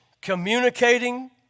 communicating